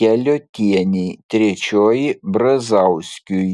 keliuotienei trečioji brazauskiui